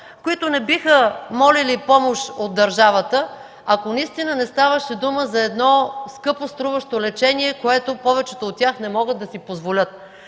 които не биха молили помощ от държавата, ако наистина не ставаше дума за едно скъпо струващо лечение, което повечето от тях не могат да си позволят.